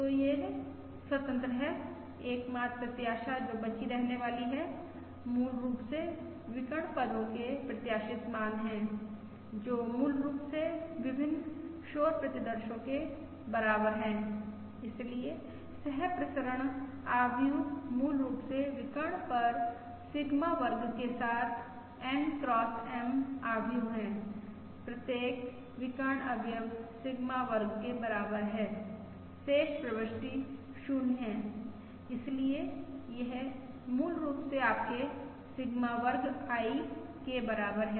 तो ये स्वतंत्र हैं एकमात्र प्रत्याशा जो बची रहने वाली है मूल रूप से विकर्ण पदो के प्रत्याशित मान हैं जो मूल रूप से विभिन्न शोर प्रतिदर्शो के वर्ग हैं इसलिए सहप्रसरण आव्यूह मूल रूप से विकर्ण पर सिग्मा वर्ग के साथ N X M आव्यूह है प्रत्येक विकर्ण अवयव सिग्मा वर्ग के बराबर है शेष प्रविष्टि 0 है इसलिए यह मूल रूप से आपके सिग्मा वर्ग I के बराबर है